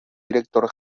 director